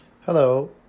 Hello